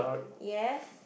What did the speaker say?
yes